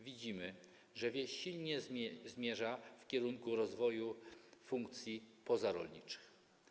Widzimy, że wieś silnie zmierza w kierunku rozwoju funkcji pozarolniczych.